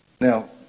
Now